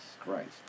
Christ